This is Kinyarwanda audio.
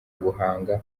guhanga